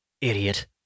Idiot